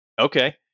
Okay